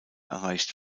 erreicht